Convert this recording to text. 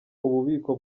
ububiko